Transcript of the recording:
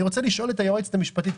אני רוצה לשאול את היועצת המשפטית,